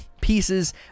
pieces